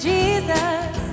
Jesus